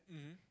mmhmm